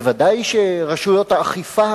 ודאי שרשויות האכיפה,